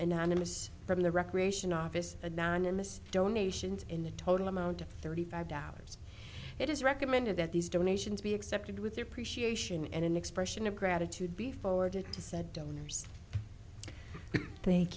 anonymous from the recreation office anonymous donations in the total amount of thirty five dollars it is recommended that these donations be accepted with appreciation and an expression of gratitude be forwarded to said donors thank